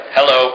Hello